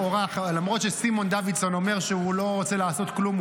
למרות שסימון דוידסון אומר שהוא לא רוצה לעשות כלום,